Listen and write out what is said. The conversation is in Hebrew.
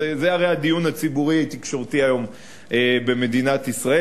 זה הרי הדיון הציבורי-תקשורתי היום במדינת ישראל.